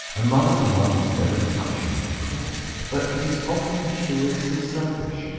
a mother's love is very touching, of course, but it is often curiously selfish.